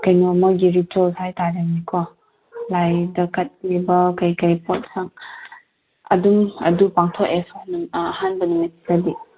ꯀꯩꯅꯣ ꯃꯣꯏꯒꯤ ꯔꯤꯆꯨꯌꯦꯜ ꯍꯥꯏ ꯇꯥꯔꯦꯅꯦꯀꯣ ꯂꯥꯏꯗ ꯀꯠꯂꯤꯕ ꯀꯩꯀꯩ ꯄꯣꯠꯁꯛ ꯑꯗꯨ ꯑꯗꯨ ꯄꯥꯡꯊꯣꯛꯑꯦ ꯑꯍꯥꯟꯕ ꯅꯨꯃꯤꯠꯇꯗꯤ